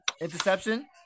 Interception